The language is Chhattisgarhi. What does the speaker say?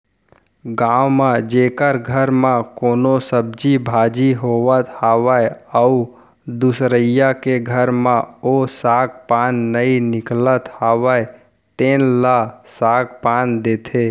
गाँव म जेखर घर म कोनो सब्जी भाजी होवत हावय अउ दुसरइया के घर म ओ साग पान नइ निकलत हावय तेन ल साग पान दे देथे